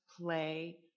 play